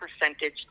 percentage